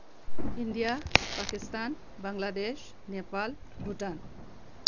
India Pakistan Bangladesh Nepal Bhutan